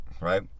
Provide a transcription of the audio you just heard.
right